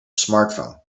smartphone